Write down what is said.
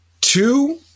two